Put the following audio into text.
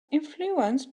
influence